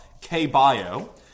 K-Bio